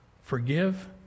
Forgive